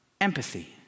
empathy